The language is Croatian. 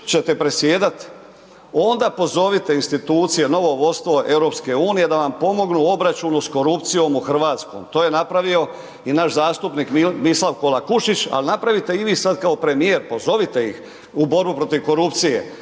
ćete predsjedat, onda pozovite institucije, novo vodstvo EU-a da vam pomognu u obračunu sa korupcijom u Hrvatskoj, to je napravio i naš zastupnik Mislav Kolakušić ali napravite i vi sad kao premijer, pozovite ih u borbu protiv korupcije.